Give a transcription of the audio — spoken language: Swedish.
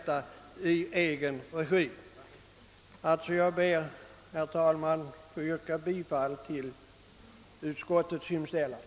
Jag ber alltså, herr talman, att få yrka bifall till utskottets hemställan.